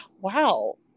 wow